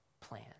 plan